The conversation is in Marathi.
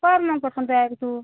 कर मग पटकन तयारी तू